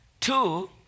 Two